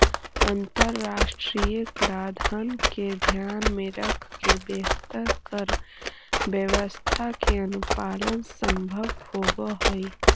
अंतरराष्ट्रीय कराधान के ध्यान में रखके बेहतर कर व्यवस्था के अनुपालन संभव होवऽ हई